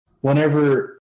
whenever